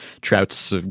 Trout's